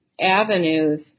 avenues